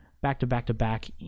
back-to-back-to-back